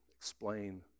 explain